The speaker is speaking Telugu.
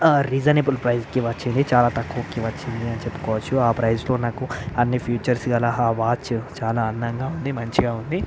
ఆ రీజనబుల్ ప్రైజ్కి వచ్చింది చాలా తక్కువకి వచ్చింది అని చెప్పుకోవచ్చు ఆ ప్రైస్లో నాకు అన్ని ఫీచర్స్ గల ఆ వాచ్ చాలా అందంగా ఉంది చాలా మంచిగా ఉంది